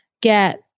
get